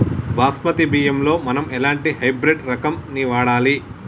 బాస్మతి బియ్యంలో మనం ఎలాంటి హైబ్రిడ్ రకం ని వాడాలి?